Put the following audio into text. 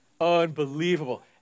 Unbelievable